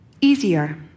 easier